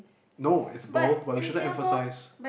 no is both provisional emphasize